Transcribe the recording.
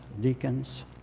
deacons